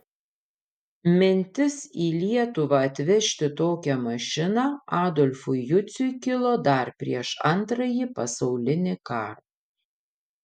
mintis į lietuvą atvežti tokią mašiną adolfui juciui kilo dar prieš antrąjį pasaulinį karą